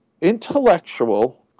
intellectual